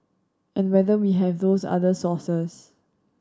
and whether we have those other sources